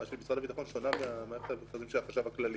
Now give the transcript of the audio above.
משרד הביטחון שונה ממערכת המכרזים של החשב הכללי.